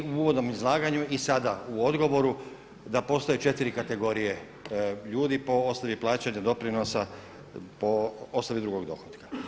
Kažete i u uvodnom izlaganju i sada u odgovoru da postoje 4 kategorije ljudi po osnovi plaćanja doprinosa po osnovi drugog dohotka.